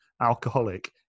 alcoholic